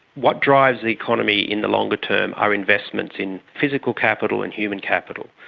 what drives the economy in the longer term are investments in physical capital and human capital.